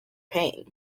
pain